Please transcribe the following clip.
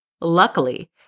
Luckily